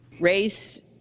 Race